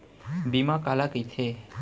बीमा काला कइथे?